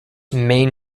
main